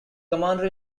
commander